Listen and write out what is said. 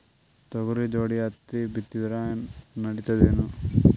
ತೊಗರಿ ಜೋಡಿ ಹತ್ತಿ ಬಿತ್ತಿದ್ರ ನಡಿತದೇನು?